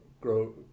grow